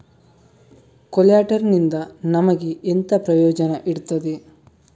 ಕೊಲ್ಯಟರ್ ನಿಂದ ನಮಗೆ ಎಂತ ಎಲ್ಲಾ ಪ್ರಯೋಜನ ಇರ್ತದೆ?